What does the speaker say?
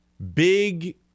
Big